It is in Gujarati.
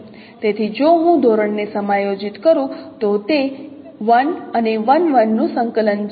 તેથી જો હું ધોરણને સમાયોજિત કરું તો તે 1 અને 1 1 નું સંકલન છે